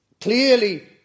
clearly